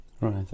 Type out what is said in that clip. right